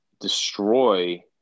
destroy